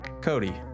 Cody